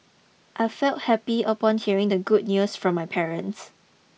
I felt happy upon hearing the good news from my parents